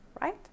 right